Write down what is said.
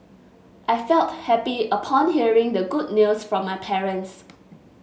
I felt happy upon hearing the good news from my parents